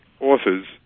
authors